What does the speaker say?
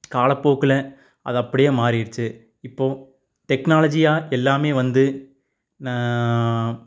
காலப்போக்கில் அது அப்படியே மாறிடுச்சி இப்போ டெக்னாலஜியாக எல்லாமே வந்து